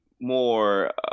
more